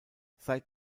seit